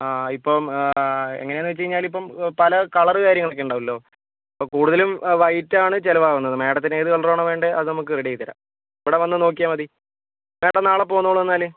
ആ ഇപ്പം എങ്ങനെയാണെന്ന് വെച്ചു കഴിഞ്ഞാല് ഇപ്പം പല കളറ് കാര്യങ്ങളൊക്കെ ഉണ്ടാകുമല്ലൊ അപ്പൊൾ കുടുതലും വൈറ്റ് ആണ് ചിലവാകുന്നത് മാഡത്തിന്ന് ഏത് കളറാണോ വേണ്ടത് അത് നമുക്ക് റെഡിയാക്കിത്തരാം ഇവിടെ വന്നു നോക്കിയാൽമതി മാഡം നാളെ പോന്നോളു എന്നാല്